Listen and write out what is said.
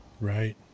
right